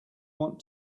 want